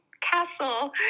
castle